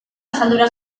asaldura